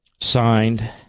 Signed